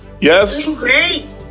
Yes